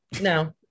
No